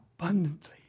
Abundantly